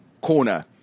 corner